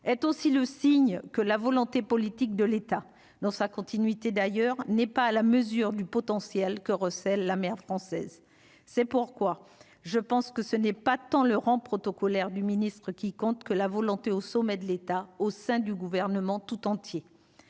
est aussi le signe que la volonté politique de l'État dans sa continuité d'ailleurs n'est pas à la mesure du potentiel que recèle la mère française, c'est pourquoi je pense que ce n'est pas tant le rang protocolaire du ministre-qui comptent que la volonté au sommet de l'État au sein du gouvernement tout entier,